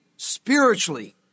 spiritually